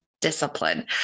discipline